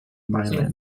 milan